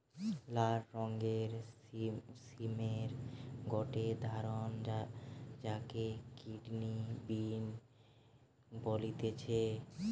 লাল রঙের সিমের গটে ধরণ যাকে কিডনি বিন বলতিছে